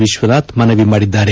ವಿಶ್ವನಾಥ್ ಮನವಿ ಮಾಡಿದ್ದಾರೆ